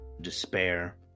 despair